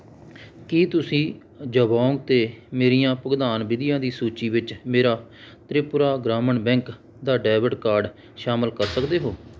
ਕੀ ਤੁਸੀਂਂ ਜਾਬੌਂਗ 'ਤੇ ਮੇਰੀਆਂ ਭੁਗਤਾਨ ਵਿਧੀਆਂ ਦੀ ਸੂਚੀ ਵਿੱਚ ਮੇਰਾ ਤ੍ਰਿਪੁਰਾ ਗ੍ਰਾਮੀਣ ਬੈਂਕ ਦਾ ਡੈਬਿਟ ਕਾਰਡ ਸ਼ਾਮਿਲ ਕਰ ਸਕਦੇ ਹੋ